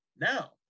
now